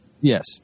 Yes